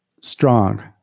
Strong